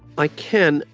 i can.